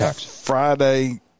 Friday